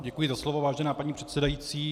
Děkuji za slovo, vážená paní předsedající.